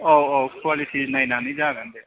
औ औ कुवालिटि नायनानै जागोन दे